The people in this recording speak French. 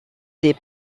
des